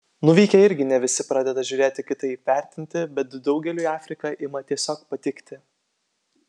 nuvykę irgi ne visi pradeda žiūrėti kitaip vertinti bet daugeliui afrika ima tiesiog patikti